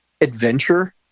adventure